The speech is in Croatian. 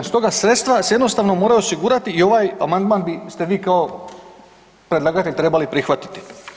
Stoga sredstva se jednostavno moraju osigurati i ovaj amandman ste vi kao predlagatelj trebali prihvatiti.